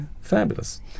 fabulous